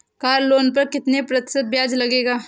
Car loan पर कितने प्रतिशत ब्याज लगेगा?